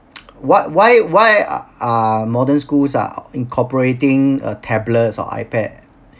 what why why uh are modern schools are incorporating a tablets or I_pad